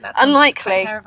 Unlikely